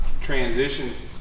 transitions